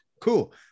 cool